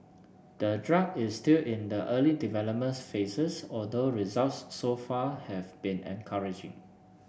the drug is still in the early development phases although results so far have been encouraging